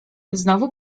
znowu